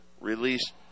release